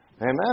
Amen